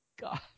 god